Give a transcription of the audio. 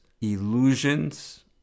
illusions